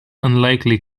unlikely